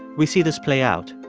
we see this play out.